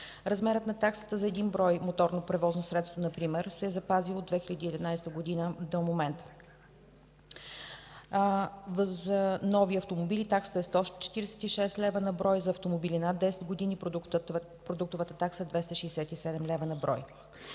Размерът на таксата за един брой моторно превозно средство например се е запазил от 2011 г. до момента. За нови автомобили таксата е 146 лв. на брой, за автомобили над 10 години продуктовата такса е 267 лв. на брой.